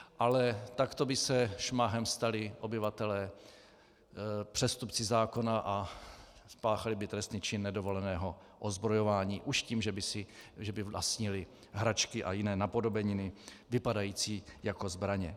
Ale takto by se šmahem stali obyvatelé přestupci zákona, spáchali by trestný čin nedovoleného ozbrojování už tím, že by vlastnili hračky a jiné napodobeniny vypadající jako zbraně.